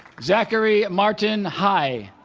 zachary martin high